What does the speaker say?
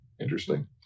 Interesting